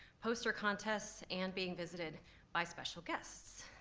poster contests, and being visited by special guests.